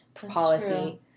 policy